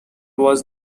was